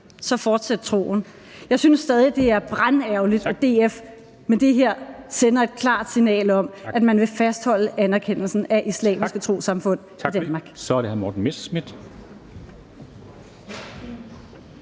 så fortsæt med at tro det. Jeg synes stadig, det er brandærgerligt, at DF med det her sender et klart signal om, at man vil fastholde anerkendelsen af islamiske trossamfund i Danmark.